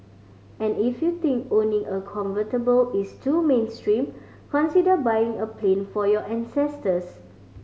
and if you think owning a convertible is too mainstream consider buying a plane for your ancestors